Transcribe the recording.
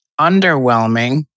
underwhelming